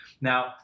Now